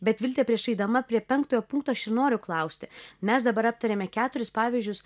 bet vilte prieš eidama prie penktojo punkto aš ir noriu klausti mes dabar aptarėme keturis pavyzdžius